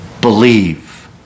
Believe